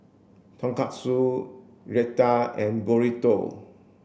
Tonkatsu Raita and Burrito